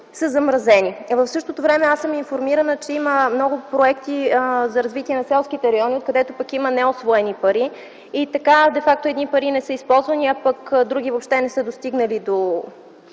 са замразени. В същото време аз съм информирана, че има много проекти за развитие на селските райони, където пък има неусвоени пари, и така де факто едни пари не са използвани, а пък други въобще не са достигнали до